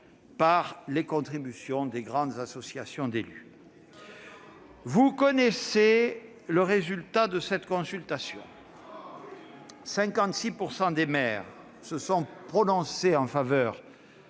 par les contributions des grandes associations d'élus. Vous connaissez le résultat de cette consultation : 56 % des maires se sont prononcés en faveur